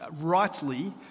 rightly